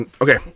Okay